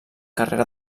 carrera